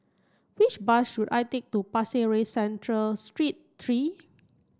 which bus should I take to Pasir Ris Central Street three